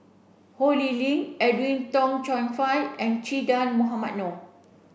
Ho Lee Ling Edwin Tong Chun Fai and Che Dah Mohamed Noor